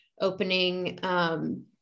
opening